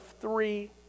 three